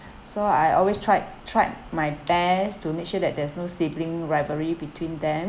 so I always tried tried my best to make sure that there's no sibling rivalry between them